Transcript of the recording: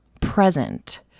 present